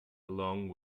along